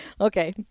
okay